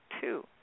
two